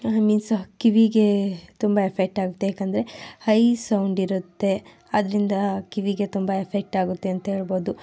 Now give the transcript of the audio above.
means ಕಿವಿಗೆ ತುಂಬ effect ಆಗುತ್ತೆ ಏಕೆಂದರೆ ಹೈ ಸೌಂಡ್ ಇರುತ್ತೆ ಅದರಿಂದ ಕಿವಿಗೆ ತುಂಬ ಎಫೆಕ್ಟ್ ಆಗುತ್ತೆ ಅಂತ ಹೇಳ್ಬೋದು